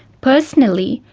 personally,